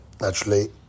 naturally